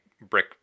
brick